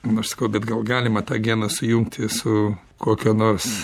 nu aš sakau bet gal galima tą geną sujungti su kokio nors